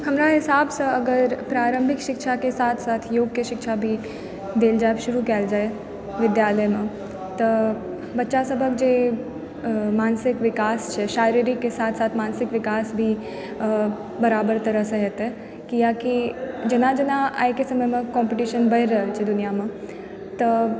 हमरा हिसाबसँ अगर प्रारम्भिक शिक्षाके साथ साथ योगके शिक्षा भी देल जायब शुरु कयल जाए विद्यालयमऽ तऽ बच्चासभक जे मानसिक विकास छै शारीरिकके साथ साथ मानसिक विकास भी बराबर तरह से हेतय किआकि जेना जेना आइके समयमे कम्पटीशन बढ़ि रहल छै दुनिआमे तऽ